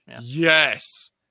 yes